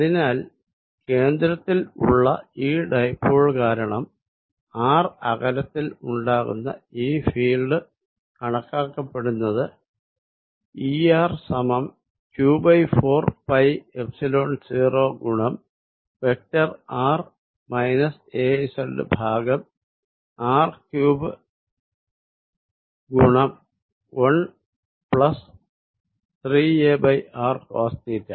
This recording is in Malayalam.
അതിനാൽ കേന്ദ്രത്തിൽ ഉള്ള ഈ ഡൈപോൾ കാരണം r അകലത്തിൽ ഉണ്ടാകുന്ന ഈ ഫീൽഡ് കണക്കാക്കപ്പെടുന്നത് Er സമം q4 പൈ എപ്സിലോൺ 0 ഗുണം വെക്ടർ r മൈനസ് az ഭാഗം r ക്യൂബ്ഡ് ഗുണം 1 പ്ലസ് 3ar കോസ് തീറ്റ